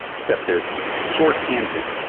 except there's short tangent.